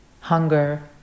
hunger